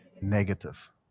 negative